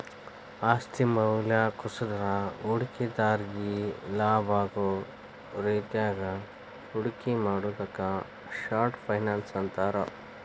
ಆಸ್ತಿ ಮೌಲ್ಯ ಕುಸದ್ರ ಹೂಡಿಕೆದಾರ್ರಿಗಿ ಲಾಭಾಗೋ ರೇತ್ಯಾಗ ಹೂಡಿಕೆ ಮಾಡುದಕ್ಕ ಶಾರ್ಟ್ ಫೈನಾನ್ಸ್ ಅಂತಾರ